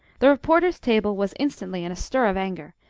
the reporters' table was instantly in a stir of anger,